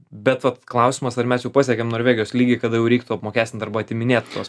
bet vat klausimas ar mes jau pasiekėm norvegijos lygį kada jau reiktų apmokestint arba atiminėt tuos